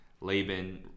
Laban